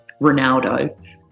Ronaldo